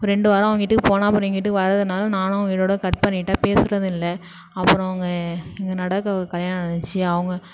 ஒரு ரெண்டு வாரம் அவங்க வீட்டுக்கு போனேன் அப்புறம் எங்கள் வீட்டுக்கு வராததனால நானும் அவங்க வீட்டோடயே கட் பண்ணிட்டேன் பேசுகிறதும் இல்லை அப்புறம் அவங்க எங்கள் நடு அக்காவுக்கு கல்யாணம் நடந்துச்சி அவங்க